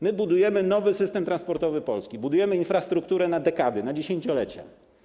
My budujemy nowy system transportowy Polski, budujemy infrastrukturę na dekady, na dziesięciolecia.